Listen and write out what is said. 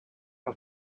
are